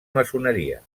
maçoneria